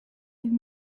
give